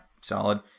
solid